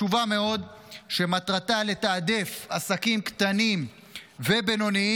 חשובה מאוד שמטרתה לתעדף עסקים קטנים ובינוניים